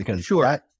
Sure